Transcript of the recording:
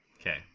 Okay